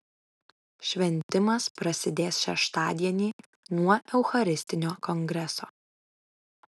šventimas prasidės šeštadienį nuo eucharistinio kongreso